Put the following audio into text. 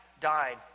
died